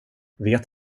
vet